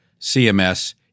CMS